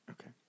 Okay